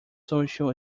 social